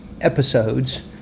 episodes